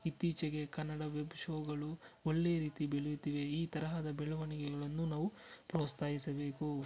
ಇತ್ತೀಚೆಗೆ ಕನ್ನಡ ವೆಬ್ ಶೋಗಳು ಒಳ್ಳೆಯ ರೀತಿ ಬೆಳೆಯುತ್ತಿವೆ ಈ ತರಹದ ಬೆಳವಣಿಗೆಗಳನ್ನು ನಾವು ಪ್ರೋತ್ಸಾಹಿಸಬೇಕು